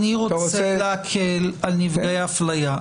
אני רוצה להקל על נפגעי אפליה.